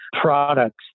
products